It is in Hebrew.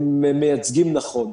הם מייצגים נכון.